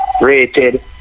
rated